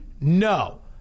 no